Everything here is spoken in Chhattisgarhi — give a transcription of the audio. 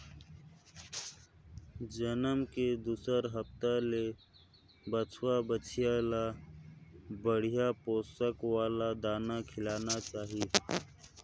जनम के दूसर हप्ता ले बछवा, बछिया ल बड़िहा पोसक वाला दाना खिलाना चाही